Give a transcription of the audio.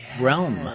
realm